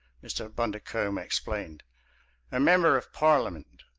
mr. bundercombe explained a member of parliament.